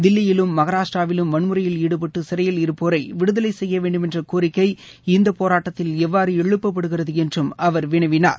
தில்லியிலும் மகாராஷ்டிராவிலும் வன்முறையில் ஈடுபட்டு சிறையில் இருப்போரை விடுதலை செய்ய வேண்டுமென்ற கோரிக்கை இந்த போராட்டத்தில் எவ்வாறு எழுப்பப்படுகிறது என்றும் அவர் வினவினார்